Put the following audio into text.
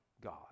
God